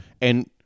And-